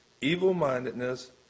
evil-mindedness